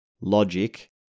logic